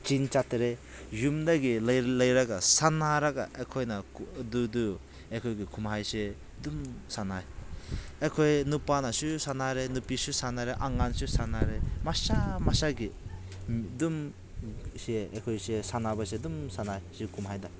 ꯆꯤꯡ ꯆꯠꯇ꯭ꯔꯦ ꯌꯨꯝꯗꯒꯤ ꯂꯩ ꯂꯩꯔꯒ ꯁꯥꯟꯅꯔꯒ ꯑꯩꯈꯣꯏꯅ ꯑꯗꯨꯗꯨ ꯑꯩꯈꯣꯏꯒꯤ ꯀꯨꯝꯍꯩꯁꯦ ꯑꯗꯨꯝ ꯁꯥꯟꯅꯩ ꯑꯩꯈꯣꯏ ꯅꯨꯄꯥꯅꯁꯨ ꯁꯥꯟꯅꯔꯦ ꯅꯨꯄꯤꯁꯨ ꯁꯥꯟꯅꯔꯦ ꯑꯉꯥꯡꯁꯨ ꯁꯥꯟꯅꯔꯦ ꯃꯁꯥ ꯃꯁꯥꯒꯤ ꯑꯗꯨꯝ ꯁꯦ ꯑꯩꯈꯣꯏꯁꯦ ꯁꯥꯟꯅꯕꯁꯦ ꯑꯗꯨꯝ ꯁꯥꯟꯅꯩ ꯁꯤ ꯀꯨꯝꯍꯩꯗ